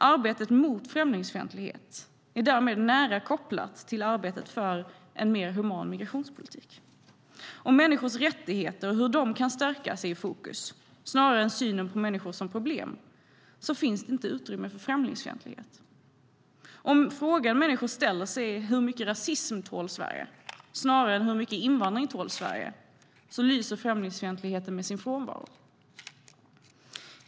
Arbetet mot främlingsfientlighet är därmed nära kopplat till arbetet för en mer human migrationspolitik. Om människors rättigheter och hur de kan stärkas är i fokus, snarare än synen på människor som problem, finns det inte utrymme för främlingsfientlighet. Om frågan människor ställer sig är "hur mycket rasism tål Sverige", snarare än "hur mycket invandring tål Sverige", lyser främlingsfientligheten med sin frånvaro.